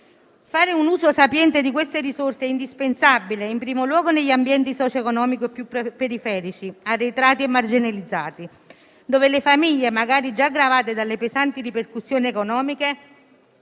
Fare un uso sapiente delle risorse è indispensabile, in primo luogo negli ambienti socio-economici più periferici, arretrati e marginalizzati, dove le famiglie, magari già gravate dalle pesanti ripercussioni economiche,